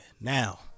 Now